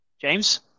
James